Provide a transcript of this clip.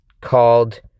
called